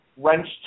Wrenched